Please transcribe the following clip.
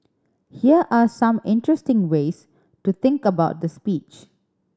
here are some interesting ways to think about the speech